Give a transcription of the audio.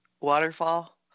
waterfall